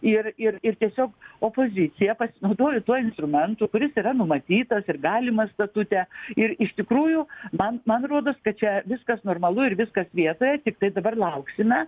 ir ir ir tiesiog opozicija pasinaudojo tuo instrumentu kuris yra numatytas ir galimas statute ir iš tikrųjų man man rodos kad čia viskas normalu ir viskas vietoje tiktai dabar lauksime